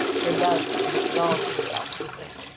for love has installed himself with him.